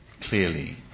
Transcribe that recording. clearly